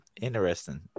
Interesting